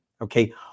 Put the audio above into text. okay